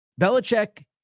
Belichick